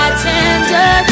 tender